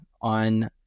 on